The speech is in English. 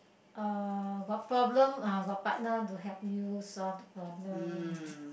uh got problem uh got partner to help you solve the problem